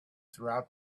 throughout